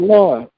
Lord